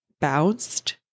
bounced